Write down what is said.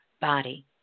body